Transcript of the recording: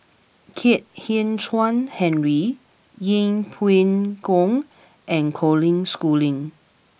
Kwek Hian Chuan Henry Yeng Pway Ngon and Colin Schooling